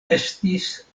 estis